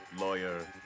lawyer